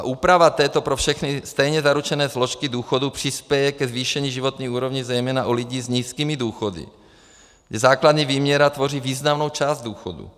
Úprava této pro všechny stejně zaručené složky důchodu přispěje ke zvýšení životní úrovně zejména u lidí s nízkými důchody, kde základní výměna tvoří významnou část důchodu.